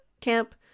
camp